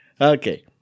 Okay